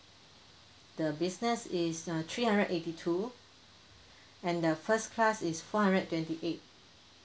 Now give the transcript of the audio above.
the business is uh three hundred eighty two and the first class is four hundred twenty eight